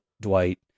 Dwight